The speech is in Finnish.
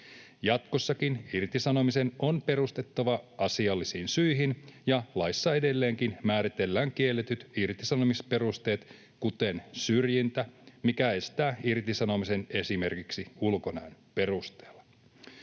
Jatkossakin irtisanomisen on perustuttava asiallisiin syihin, ja laissa edelleenkin määritellään kielletyt irtisanomisperusteet, kuten syrjintä, mikä estää irtisanomisen esimerkiksi ulkonäön perusteella.